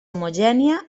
homogènia